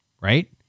right